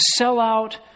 sellout